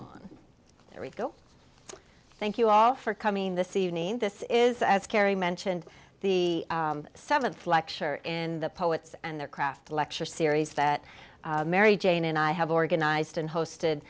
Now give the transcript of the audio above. we go thank you all for coming this evening this is as kerry mentioned the seventh lecture and the poets and their craft lecture series that mary jane and i have organized and hosted